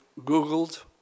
Googled